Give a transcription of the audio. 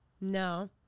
No